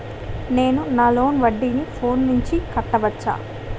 నేను నా లోన్ వడ్డీని ఫోన్ నుంచి కట్టవచ్చా?